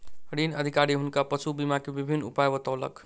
ऋण अधिकारी हुनका पशु बीमा के विभिन्न उपाय बतौलक